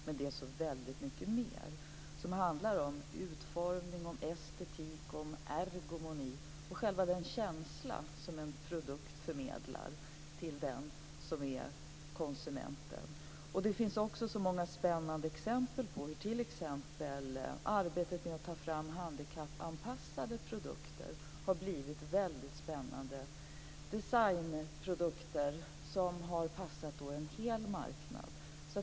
Men det är så väldigt mycket mer som handlar om utformning, estetik, ergonomi och själva den känsla som en produkt förmedlar till den som är konsument. Det finns också så många spännande exempel på hur t.ex. arbetet med att ta fram handikappanpassade produkter har lett till väldigt spännande designprodukter som har passat en hel marknad.